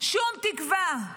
שום תקווה.